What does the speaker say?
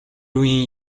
үеийн